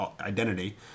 identity